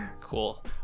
Cool